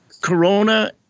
Corona